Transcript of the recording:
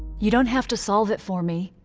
you don't have to solve it for me,